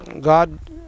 God